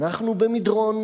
אנחנו במדרון,